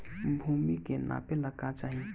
भूमि के नापेला का चाही?